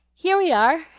here we are!